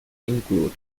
include